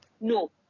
No